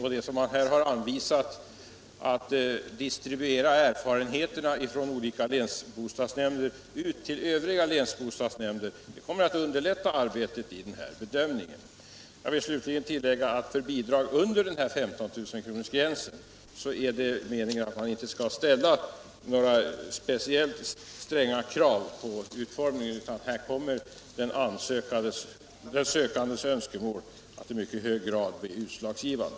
Vad som här sagts om att distribuera erfarenheterna från en del länsbostadsnämnder ut till övriga länsbostadsnämnder kommer att underlätta arbetet vid bedömningarna. Jag vill slutligen tillägga att man vid bidrag under 15 000-kronorsgränsen inte skall ställa några speciellt stränga krav på utformningen. Här kommer i stället den sökandes önskemål att i mycket hög grad bli utslagsgivande.